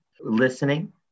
listening